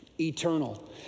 Eternal